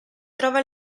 trova